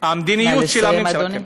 נא לסיים, אדוני.